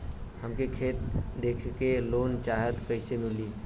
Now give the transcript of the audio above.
हमके खेत देखा के लोन चाहीत कईसे मिली?